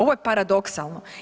Ovo je paradoksalno.